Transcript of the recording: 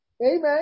Amen